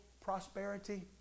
prosperity